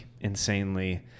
insanely